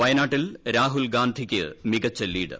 വയനാട്ടിൽ രാഹുൽഗാന്ധിയ്ക്ക് മികച്ച ലീഡ്